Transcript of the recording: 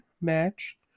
match